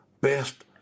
Best